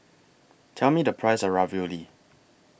Tell Me The Price of Ravioli